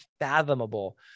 fathomable